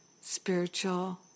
spiritual